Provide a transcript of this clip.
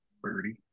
birdie